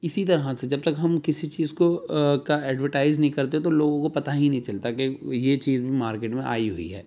اسی طرح سے جب تک ہم کسی چیز کو کا ایڈورٹائز نہیں کرتے تو لوگوں کو پتا ہی نہیں چلتا کہ یہ چیز بھی مارکٹ میں آئی ہوئی ہے